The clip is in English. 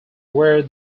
where